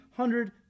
hundred